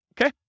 okay